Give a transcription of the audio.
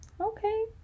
Okay